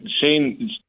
Shane